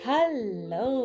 Hello